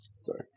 Sorry